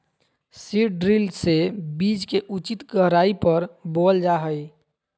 seed drill से बीज के उचित गहराई पर बोअल जा हइ